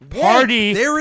Party